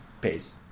Peace